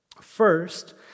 First